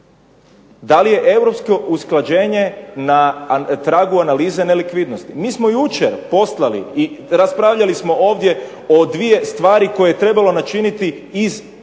Da li je europsko usklađenje na tragu analize nelikvidnosti? Mi smo jučer poslali i raspravljali smo ovdje o 2 stvari koje je trebalo načiniti iz puke